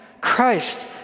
Christ